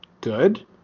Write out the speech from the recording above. good